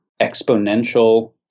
Exponential